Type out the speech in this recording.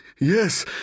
yes